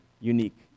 unique